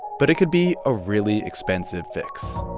but it could be a really expensive fix